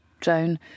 Joan